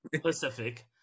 Pacific